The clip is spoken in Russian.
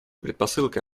предпосылкой